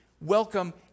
welcome